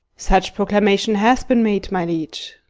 such proclamation hath been made, my liege.